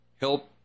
help